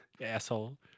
asshole